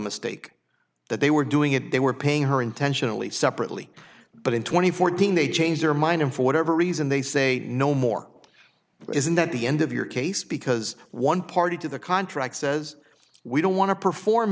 mistake that they were doing it they were paying her intentionally separately but in two thousand and fourteen they changed their mind and for whatever reason they say no more isn't that the end of your case because one party to the contract says we don't want to perform